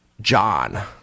John